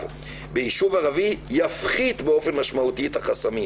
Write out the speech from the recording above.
ביישוב ערבי יפחית באופן משמעותי את החסמים.